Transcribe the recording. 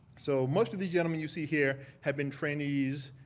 so most of these gentlemen you see here have been trainees,